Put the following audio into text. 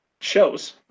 Shows